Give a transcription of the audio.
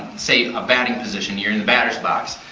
say, a batting position, youire in a batteris box,